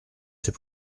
ces